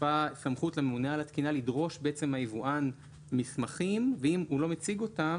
נוספה סמכות לממונה על התקינה לדרוש מהיבואן מסמכים ואם הוא לא מציג אותם